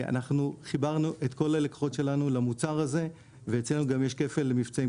אנחנו חיברנו את כל הלקוחות שלנו למוצר הזה ואצלנו גם יש כפל מבצעים,